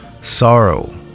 Sorrow